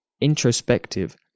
introspective